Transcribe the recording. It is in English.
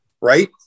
right